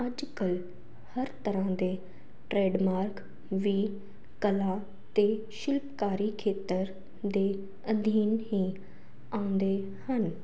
ਅੱਜ ਕੱਲ੍ਹ ਹਰ ਤਰ੍ਹਾਂ ਦੇ ਟਰੈਡ ਮਾਰਕ ਵੀ ਕਲਾ ਅਤੇ ਸ਼ਿਲਪਕਾਰੀ ਖੇਤਰ ਦੇ ਅਧੀਨ ਹੀ ਆਉਂਦੇ ਹਨ